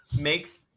makes